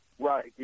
Right